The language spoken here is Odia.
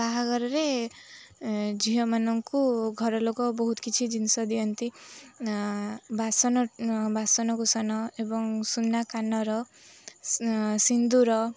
ବାହାଘରରେ ଝିଅମାନଙ୍କୁ ଘରଲୋକ ବହୁତ କିଛି ଜିନିଷ ଦିଅନ୍ତି ବାସନ ବାସନକୁୁସନ ଏବଂ ସୁନା କାନର ସିନ୍ଦୁର